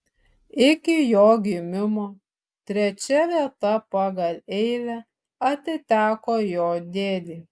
iki jo gimimo trečia vieta pagal eilę atiteko jo dėdei